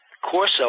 Corso